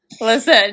Listen